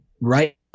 Right